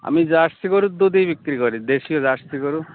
আমি জার্সি গরুর দুধই বিক্রি করি দেশী জার্সি গরু